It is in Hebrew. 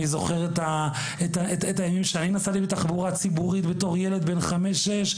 אני זוכר את הימים שאני נסעתי בתחבורה ציבורית בתור ילד בן חמש-שש,